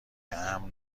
امن